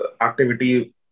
activity